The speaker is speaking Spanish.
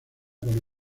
con